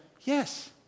Yes